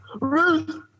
Ruth